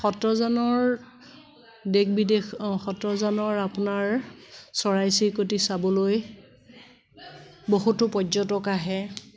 দেশ বিদেশ আপোনাৰ চৰাই চিৰিকটি চাবলৈ বহুতো পৰ্যটক আহে